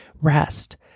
rest